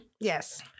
Yes